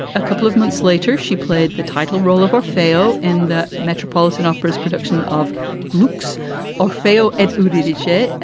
a couple of months later, she played the title role of our fellow in the metropolitan opera's production of glucose or fail at ah the the chair,